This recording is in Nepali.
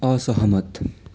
असहमत